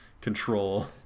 control